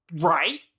right